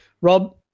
Rob